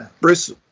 Bruce